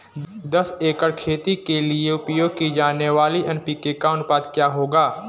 दस एकड़ खेती के लिए उपयोग की जाने वाली एन.पी.के का अनुपात क्या होगा?